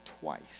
twice